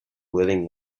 living